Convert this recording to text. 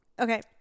Okay